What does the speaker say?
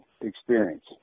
experience